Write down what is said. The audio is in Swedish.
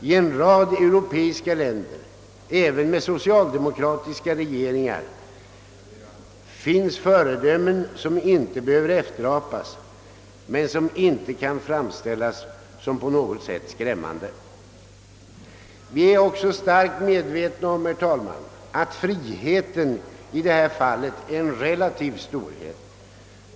I en rad europeiska länder — även i länder med socialdemokratiska regeringar — finns föredömen, som inte behöver efterapas men som inte heller kan framställas som någonting skrämmande. Vi är starkt medvetna om, herr talman, att friheten i detta fall är en relativ storhet.